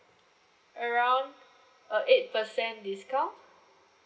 around uh eight percent discount